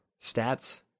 stats